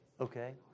okay